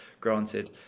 granted